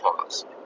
pause